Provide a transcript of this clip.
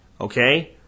okay